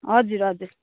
हजुर हजुर